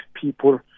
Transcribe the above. people